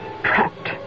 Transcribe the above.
Trapped